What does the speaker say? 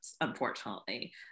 unfortunately